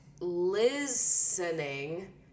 listening